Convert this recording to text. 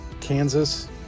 Kansas